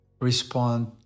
respond